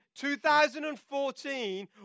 2014